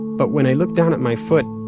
but when i looked down at my foot,